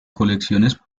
colecciones